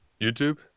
YouTube